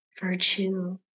virtue